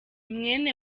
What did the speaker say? mwene